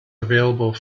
available